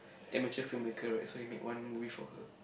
amateur film maker right so he made one movie for her